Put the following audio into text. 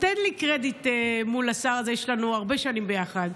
תן לי קרדיט מול השר הזה, יש לנו הרבה שנים ביחד.